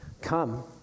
come